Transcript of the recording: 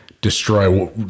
destroy